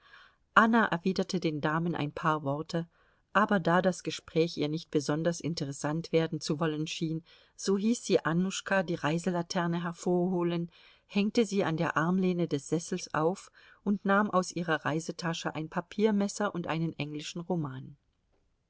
anna erwiderte den damen ein paar worte aber da das gespräch ihr nicht besonders interessant werden zu wollen schien so hieß sie annuschka die reiselaterne hervorholen hängte sie an der armlehne des sessels auf und nahm aus ihrer reisetasche ein papiermesser und einen englischen roman